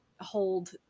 hold